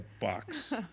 box